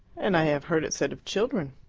and i have heard it said of children.